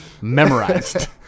memorized